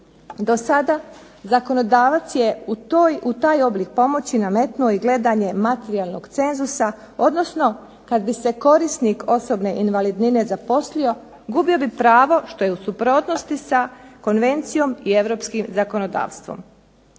Dosada, zakonodavac je u taj oblik pomoći nametnuo i gledanje materijalnog cenzusa, odnosno kad bi se korisnik osobne invalidnine zaposlio gubio bi pravo, što je u suprotnosti sa konvencijom i europskim zakonodavstvom.